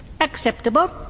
Acceptable